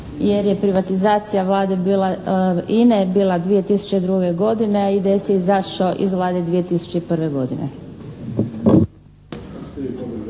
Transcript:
jer je privatizacije Vlade INE bila 2002. godine a IDS je izašao iz Vlade 2001. godine.